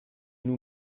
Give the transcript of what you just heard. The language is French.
nous